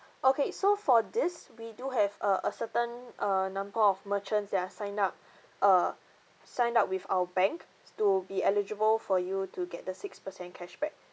okay so for this we do have a a certain err number of merchants that are signed up uh signed up with our bank to be eligible for you to get the six percent cashback